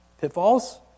pitfalls